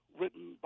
written